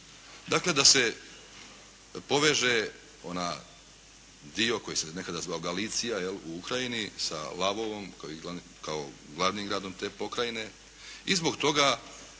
Dakle da se poveže onaj dio koji se nekada zvao Galicija jel' u Ukrajini sa Lavovom kao glavnim gradom te pokrajine i zbog toga